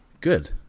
good